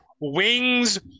Wings